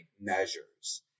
measures